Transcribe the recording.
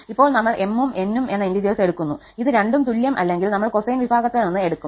ഇപ്പോൾ നമ്മൾ 𝑚 ഉം 𝑛 ഉം എന്ന ഇന്റിജേർസ് എടുക്കുന്നു ഇത് രണ്ടും തുല്യം അല്ലെങ്കിൽ നമ്മൾ കോസൈൻ വിഭാഗത്തിൽ നിന്ന് എടുക്കും